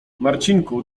marcinku